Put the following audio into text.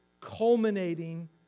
culminating